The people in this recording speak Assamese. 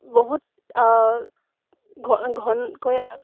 বহুত ঘ ঘনকৈ